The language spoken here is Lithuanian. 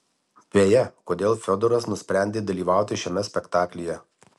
beje kodėl fiodoras nusprendė dalyvauti šiame spektaklyje